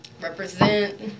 represent